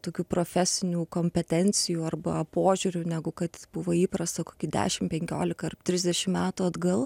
tokių profesinių kompetencijų arba požiūrių negu kad buvo įprasta kokį dešim penkiolika ar trisdešim metų atgal